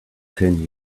ten